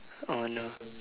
oh no